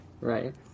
Right